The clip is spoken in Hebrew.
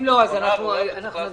אם לא, אז אנחנו נגיע.